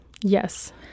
Yes